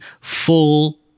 full